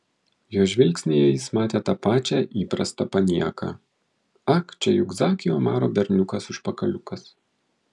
jo žvilgsnyje jis matė tą pačią įprastą panieką ak čia juk zaki omaro berniukas užpakaliukas